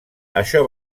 això